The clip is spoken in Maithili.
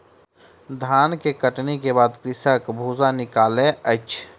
धान के कटनी के बाद कृषक भूसा निकालै अछि